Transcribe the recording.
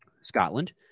Scotland